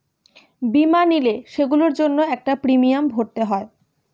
বীমা নিলে, সেগুলোর জন্য একটা প্রিমিয়াম ভরতে হয়